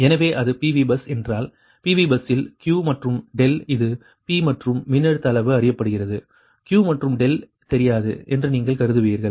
எனவே அது PV bus என்றால் PV பஸ்ஸில் Q மற்றும் δ இது P மற்றும் மின்னழுத்த அளவு அறியப்படுகிறது Q மற்றும் தெரியாது என்று நீங்கள் கருதுவீர்கள்